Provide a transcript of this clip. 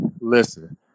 listen